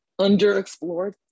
underexplored